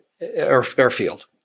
airfield